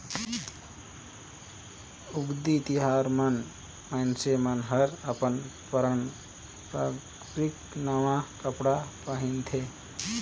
उगादी तिहार मन मइनसे मन हर अपन पारंपरिक नवा कपड़ा पहिनथे